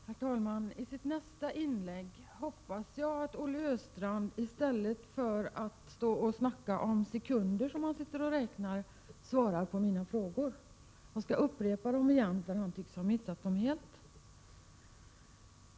Herr talman! Jag hoppas att Olle Östrand i sitt nästa inlägg, i stället för att stå och snacka om sekunder som han räknar, svarar på mina frågor. Jag skall upprepa dem, för han tycks ha missat dem helt.